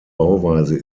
bauweise